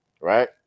right